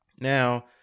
now